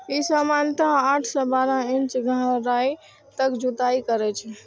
ई सामान्यतः आठ सं बारह इंच गहराइ तक जुताइ करै छै